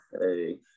hey